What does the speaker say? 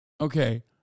Okay